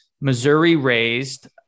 Missouri-raised